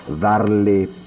darle